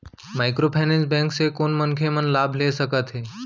Microfinance bank से कोन मनखे मन लाभ ले सकथे?